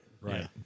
Right